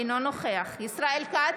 אינו נוכח ישראל כץ,